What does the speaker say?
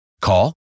Call